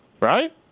right